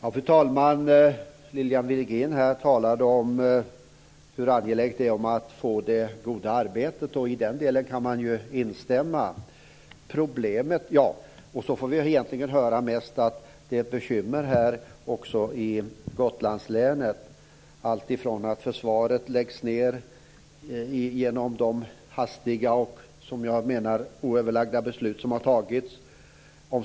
Fru talman! Lilian Virgin talade om hur angeläget det är att få det goda arbetet, och i den delen kan man instämma. Sedan fick vi egentligen mest höra att det finns bekymmer också i Gotlandslänet. Försvaret läggs ned genom de hastiga och, som jag menar, oöverlagda beslut som har fattats.